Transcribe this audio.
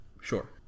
Sure